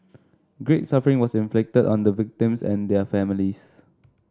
great suffering was inflicted on the victims and their families